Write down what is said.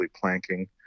planking